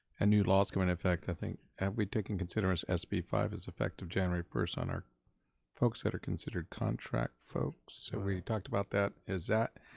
ah new laws coming in effect, i think, have we taken, considering s p five is effective january first on our folks that are considered contract folks? so we talked about that, is that,